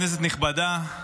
כנסת נכבדה,